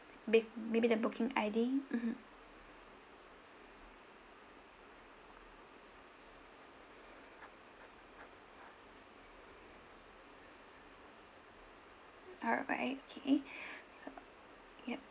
may~ maybe the booking I_D mmhmm alright okay so yup